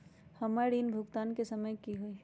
हमर ऋण भुगतान के समय कि होई?